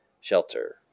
shelter